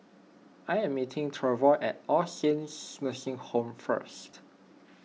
I am meeting Treyvon at All Saints Nursing Home first